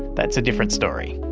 that's a different story.